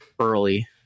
early